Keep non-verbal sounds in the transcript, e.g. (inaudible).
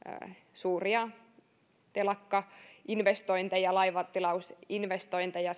suuria telakkainvestointeja laivatilausinvestointeja (unintelligible)